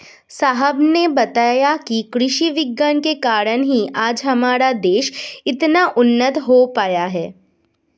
साहब ने बताया कि कृषि विज्ञान के कारण ही आज हमारा देश इतना उन्नत हो पाया है